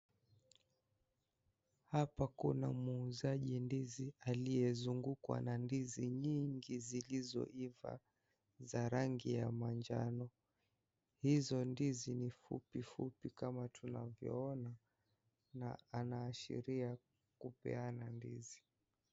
Hapa kuna muuzaji ndizi aliyezungukwa na ndizi nyingi zilizoiva za rangi ya manjano. Hizo ndizi ni fupifupi kama tunavyoona na anaashiria kupeana ndizi.